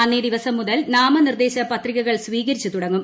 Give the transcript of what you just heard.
അന്നേ ദിവസം മുതൽ നാമനിർദ്ദേശ പത്രികകൾ സ്വീകരിച്ചു തുടങ്ങും